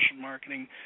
marketing